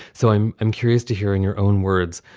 so i'm i'm curious to hear in your own words,